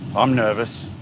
i'm nervous.